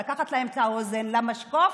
זה לקחת להם את האוזן למשקוף